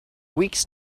weeks